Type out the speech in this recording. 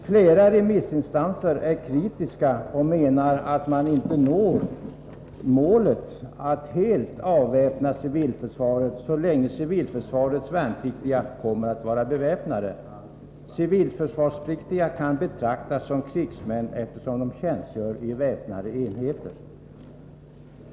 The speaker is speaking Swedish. Flera remissinstanser är kritiska och menar att man inte når målet att helt avväpna civilförsvaret så länge civilförsvarets värnpliktiga kommer att vara beväpnade. Civilförsvarspliktiga kan betraktas som krigsmän, eftersom de tjänstgör i väpnade enheter.